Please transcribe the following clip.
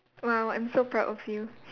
!wow! I'm so proud of you